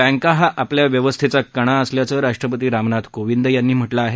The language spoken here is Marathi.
बँका हा आपल्या व्यवस्थेचा कणा असल्याचं राष्ट्रपती रामनाथ कोविंद यांनी म्हटलं आहे